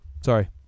Sorry